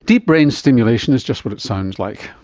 deep brain stimulation is just what it sounds like.